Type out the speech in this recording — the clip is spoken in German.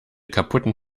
kaputten